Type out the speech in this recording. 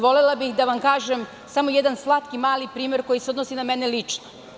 Volela bih da vam kažem samo jedan slatki mali primer koji se odnosi na mene lično.